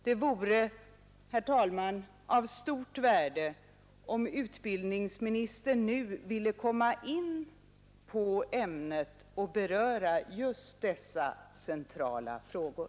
Det vore, herr talman, av stort värde om utbildningsministern nu ville komma in på ämnet och beröra just dessa centrala frågor.